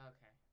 Okay